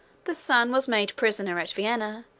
the son was made prisoner at vienna,